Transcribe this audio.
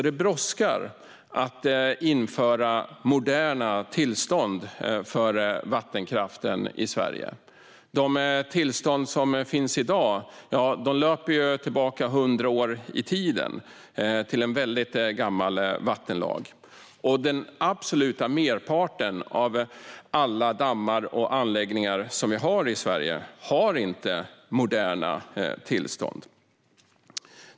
Det brådskar alltså att införa moderna tillstånd för vattenkraften i Sverige. De tillstånd som finns i dag går tillbaka 100 år i tiden, till en väldigt gammal vattenlag. Den absoluta merparten av de dammar och anläggningar som finns i Sverige har inte moderna tillstånd.